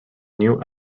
new